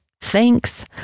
thanks